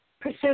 pursue